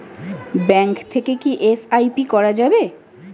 Bank থেকে কী SIP করা যাবে?